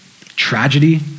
tragedy